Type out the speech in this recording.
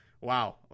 wow